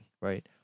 right